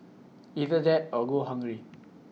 either that or go hungry